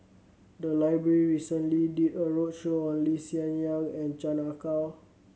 the library recently did a roadshow on Lee Hsien Yang and Chan Ah Kow